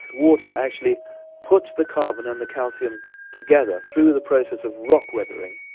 water actually puts the carbon and the calcium together through the process of rock weathering.